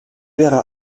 wäre